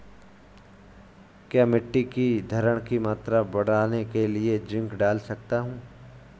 क्या मिट्टी की धरण की मात्रा बढ़ाने के लिए जिंक डाल सकता हूँ?